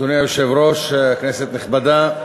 אדוני היושב-ראש, כנסת נכבדה,